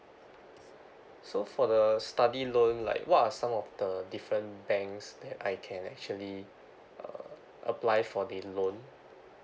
so for the study loan like what are some of the different banks that I can actually uh apply for the loan